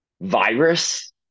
virus